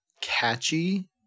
catchy